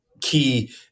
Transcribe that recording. key